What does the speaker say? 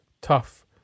tough